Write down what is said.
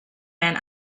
man